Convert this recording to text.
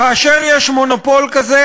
כאשר יש מונופול כזה,